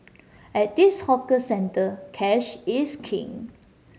at this hawker centre cash is king